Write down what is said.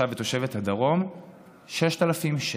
תושב ותושבת הדרום 6,000 שקלים.